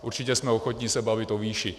Určitě jsme ochotni se bavit o výši.